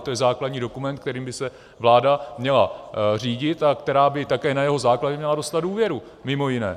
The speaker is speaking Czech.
To je základní dokument, kterým by se vláda měla řídit, a která by také na jeho základě měla dostat důvěru, mimo jiné.